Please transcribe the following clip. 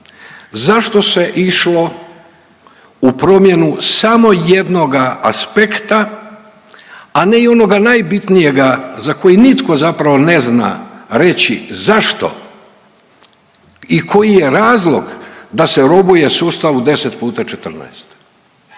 zašto se išlo u promjenu samo jednoga aspekta, a ne i onoga najbitnijega za koji nitko zapravo ne zna reći zašto i koji je razlog da se robuje sustavu 10 puta 14.